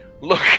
look